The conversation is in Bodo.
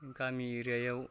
गामि एरिया याव